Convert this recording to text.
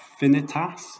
Finitas